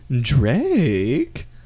Drake